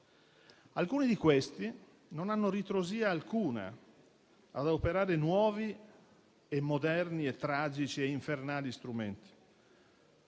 Alcuni di questi non hanno ritrosia alcuna a operare moderni, tragici e infernali strumenti: